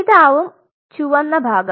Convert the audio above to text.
ഇതാവും ചുവന്ന ഭാഗം